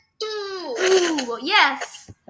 yes